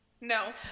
No